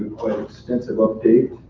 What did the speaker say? quite an extensive update